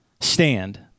Stand